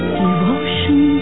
devotion